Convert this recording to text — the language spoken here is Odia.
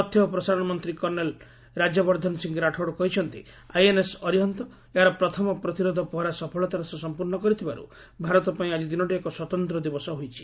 ତଥ୍ୟ ଓ ପ୍ରସାରଣ ମନ୍ତ୍ରୀ କର୍ଷେଲ୍ ରାଜ୍ୟବର୍ଦ୍ଧନ ସିଂ ରାଠୋଡ୍ କହିଛନ୍ତି ଆଇଏନ୍ଏସ୍ ଅରିହନ୍ତ ଏହାର ପ୍ରଥମ ପ୍ରତିରୋଧ ପହରା ସଫଳତାର ସହ ସମ୍ପର୍ଶ୍ଣ କରିଥିବାର୍ ଭାରତ ପାଇଁ ଆଜି ଦିନଟି ଏକ ସ୍ୱତନ୍ତ୍ର ଦିବସ ହୋଇଛି